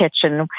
kitchen